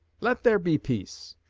let there be peace.